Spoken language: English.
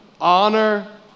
honor